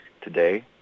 today